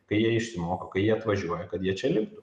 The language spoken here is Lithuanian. kai jie išsimoka kai jie atvažiuoja kad jie čia liktų